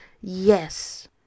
yes